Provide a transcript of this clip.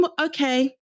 okay